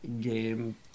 game